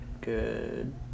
good